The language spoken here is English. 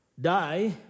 die